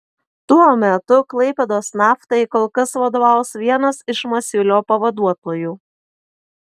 tuo metu klaipėdos naftai kol kas vadovaus vienas iš masiulio pavaduotojų